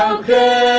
ok